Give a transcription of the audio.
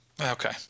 Okay